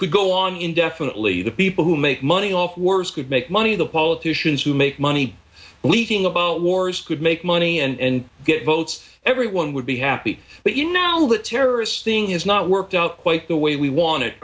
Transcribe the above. could go on indefinitely the people who make money off worse could make money the politicians who make money week wars could make money and get votes everyone would be happy but you now the terrorists thing is not worked out quite the way we wanted